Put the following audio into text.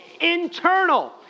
internal